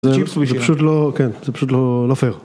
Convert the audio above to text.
זה פשוט לא... כן, זה פשוט לא... לא פייר.